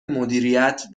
مدیریت